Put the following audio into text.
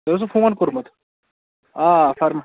تۅہہِ اوسوٕ فون کوٚرمُت آ فَرٕما